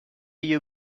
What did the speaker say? you